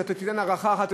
שאתה תיתן הארכה אחת,